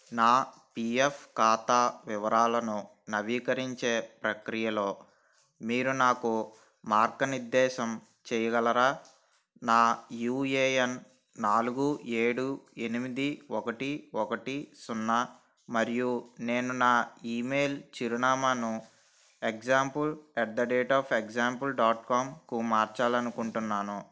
నా పీఎఫ్ ఖాతా వివరాలను నవీకరించే ప్రక్రియలో మీరు నాకు మార్గనిర్దేశం చెయ్యగలరా నా యూఏఎన్ నాలుగు ఏడు ఎనిమిది ఒకటి ఒకటి సున్నా మరియు నేను నా ఈమెయిల్ చిరునామాను example at the rate of example dot కామ్కు మార్చాలనుకుంటున్నాను